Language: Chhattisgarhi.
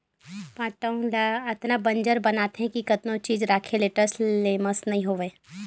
पटांव ल अतना बंजर बनाथे कि कतनो चीज राखे ले टस ले मस नइ होवय